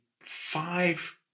five